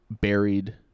buried